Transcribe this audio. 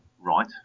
Right